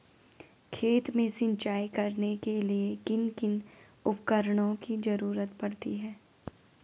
खेत में सिंचाई करने के लिए किन किन उपकरणों की जरूरत पड़ती है?